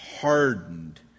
hardened